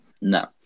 No